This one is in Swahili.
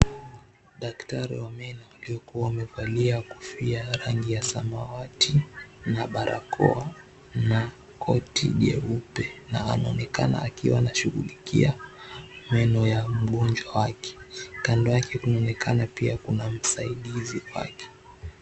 Daktari wa meno waliokuwa wamevalia kofia ya rangi samawati na barakoa na koti jeupe na anaonekana anashughulikia meno ya mgonjwa wake, kando yake kuna onekana kuna msaidizi wake.